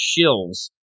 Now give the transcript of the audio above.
shills